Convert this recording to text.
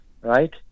right